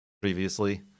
previously